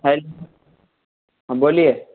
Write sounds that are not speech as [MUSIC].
[UNINTELLIGIBLE] हाँ बोलिए